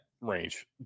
range